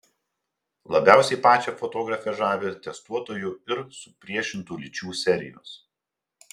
labiausiai pačią fotografę žavi testuotojų ir supriešintų lyčių serijos